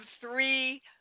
three